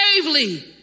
bravely